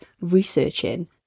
researching